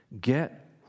Get